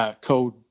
code